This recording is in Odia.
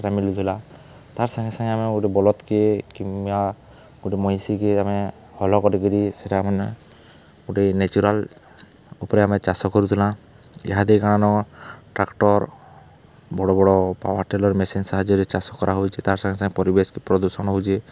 ସେଟା ମିଲୁଥିଲା ତା'ର୍ ସାଙ୍ଗେ ସାଙ୍ଗେ ଆମେ ଗୁଟେ ବଲଦ୍କେ କିମ୍ବା ଗୁଟେ ମଇଁଷିକେ ଆମେ ହଲ୍ କରିକିରି ସେଟା ମାନେ ଗୁଟେ ନେଚୁରାଲ୍ ଉପ୍ରେ ଆମେ ଚାଷ କରୁଥିଲା ଇହାଦେ କା'ନ ଟ୍ରାକ୍ଟର୍ ବଡ଼ ବଡ଼ ପାୱାର୍ ଟିଲର୍ ମେସିନ୍ ସାହାଯ୍ୟରେ ଚାଷ କରା ହେଉଛେ ତା'ର୍ ସାଙ୍ଗେ ସାଙ୍ଗେ ପରିବେଶ ପ୍ରଦୂଷଣ ହେଉଛେ